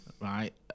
right